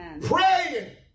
Praying